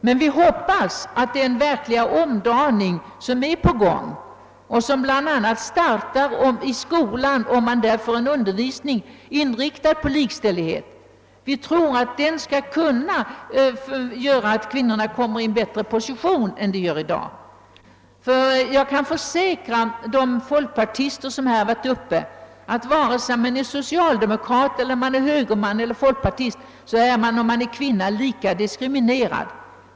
Men vi hoppas, att den verkliga omdaning, som håller på att ske och som bl.a. startar genom att man i skolan; får en undervisning inriktad på likställighet, skall kunna leda till att kvinnorna kommer i en bättre position, än de har i dag. Jag kan försäkra de folkpartister som här har varit uppe att vare sig en kvinna är socialdemokrat, högerman eller folkpartist är hon som kvinna lika diskriminerad.